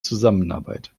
zusammenarbeit